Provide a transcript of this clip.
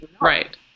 right